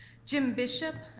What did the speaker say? jim bishop,